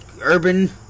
urban